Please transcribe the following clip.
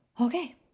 okay